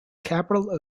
capital